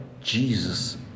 Jesus